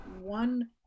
one